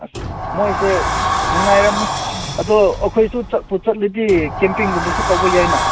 ꯑꯁ ꯃꯣꯏꯁꯦ ꯅꯨꯡꯉꯥꯏꯔꯝꯅꯤ ꯑꯗꯣ ꯑꯩꯈꯣꯏꯁꯨ ꯆꯠꯄꯨ ꯆꯠꯂꯗꯤ ꯀꯦꯝꯄꯤꯡꯒꯨꯝꯕꯁꯨ ꯇꯧꯕ ꯌꯥꯏꯅ